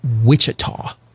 Wichita